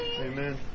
Amen